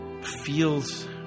feels